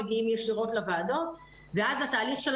אלא מגיעים ישירות לוועדות ואז התהליך של